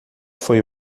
foi